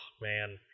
man